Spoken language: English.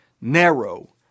narrow